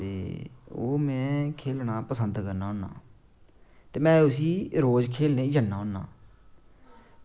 ते ओह् में खेल्लना पसंद करना होन्ना ते में उसी रोज़ खेल्लने गी जन्ना होन्ना